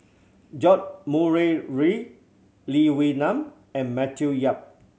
George Murray Reith Lee Wee Nam and Matthew Yap